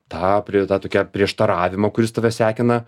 tą pri tą tokią prieštaravimą kuris tave sekina